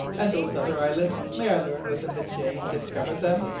and those other islands, may i learn whether the jane discovered them?